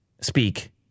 speak